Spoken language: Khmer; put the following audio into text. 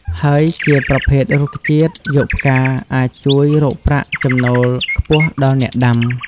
ហើយជាប្រភេទរុក្ខជាតិយកផ្កាអាចជួយរកប្រាក់ ចំណូលខ្ពស់ដល់ អ្នកដាំ។